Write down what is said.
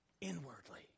Inwardly